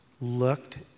looked